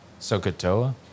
Sokotoa